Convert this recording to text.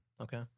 Okay